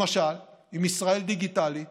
למשל, עם ישראל דיגיטלית